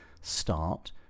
start